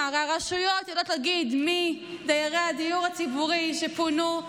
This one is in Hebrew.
הרי הרשויות יודעות להגיד מי דיירי הציבורי שפונו.